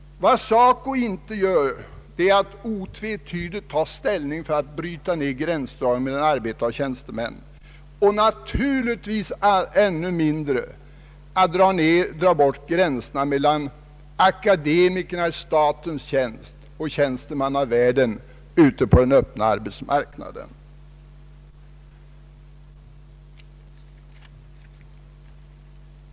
Vad SACO inte gör är att otvetydigt ta ställning för att bryta ned gränserna mellan arbetare och tjänstemän, och naturligtvis ännu mindre dra bort gränserna mellan akademikerna i statens tjänst och tjänstemännen ute på den öppna arbetsmarknaden.